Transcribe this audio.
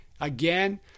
Again